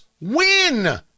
win